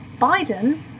Biden